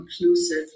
inclusive